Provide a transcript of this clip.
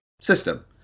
system